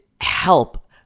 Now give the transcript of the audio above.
help